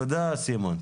תודה רבה סימון.